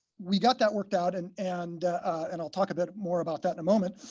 we got that worked out and and and i'll talk a bit more about that in a moment.